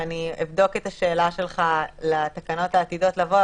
ואני אבקש את השאלה שלך לתקנות העתידות לבוא,